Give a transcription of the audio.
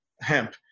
hemp